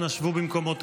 אנא שבו במקומותיכם.